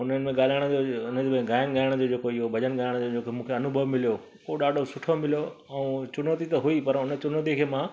उन्हनि में ॻाल्हाइण जो उनमें गान गाइण जो जेको इहो जेको मूंखे अनुभव मिलियो हो ॾाढो सुठो मिलो ऐं चुनौती त हुई पर हुन चुनौती खे मां